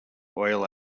oil